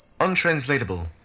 Untranslatable